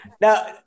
Now